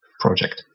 project